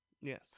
Yes